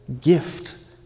gift